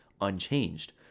unchanged